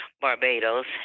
Barbados